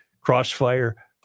Crossfire